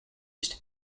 used